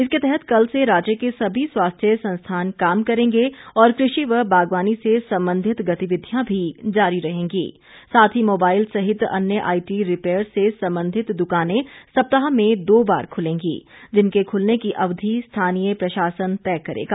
इसके तहत कल से राज्य के सभी स्वास्थ्य संस्थान काम करेंगे और कृषि व बागवानी से संबंधित गतिविधियां भी जारी रहेंगी साथ ही मोबाइल सहित अन्य आईटी रिपेयर से संबंधित दुकानें सप्ताह में दो बार खुलेंगी जिनके खुलने की अवधि स्थानीय प्रशासन तय करेगा